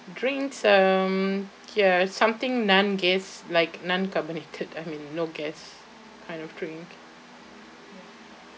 drinks um ya something non gas like non-carbonated I mean no gas kind of drink